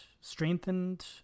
strengthened